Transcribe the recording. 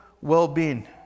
well-being